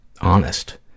honest